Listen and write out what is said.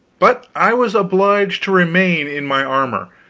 but i was obliged to remain in my armor,